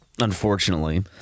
Unfortunately